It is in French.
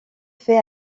fait